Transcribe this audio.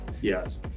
Yes